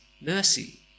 mercy